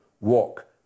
walk